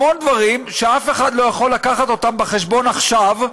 המון דברים שאף אחד לא יכול להביא אותם בחשבון עכשיו,